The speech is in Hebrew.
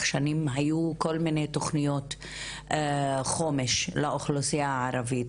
שנים היו כל מיני תוכניות חומש לאוכלוסיה הערבית,